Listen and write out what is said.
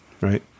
right